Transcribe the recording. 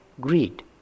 greed